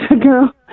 girl